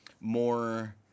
more